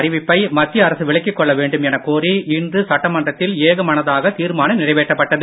அறிவிப்பை மத்திய அரசு விலக்கிக் கொள்ள வேண்டும் எனக் கோரி இன்று சட்டமன்றத்தில் ஏக மனதாக தீர்மானம் நிறைவேற்றப்பட்டது